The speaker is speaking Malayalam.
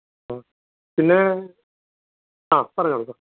പിന്നെ ആ പറഞ്ഞോളൂ